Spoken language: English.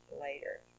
later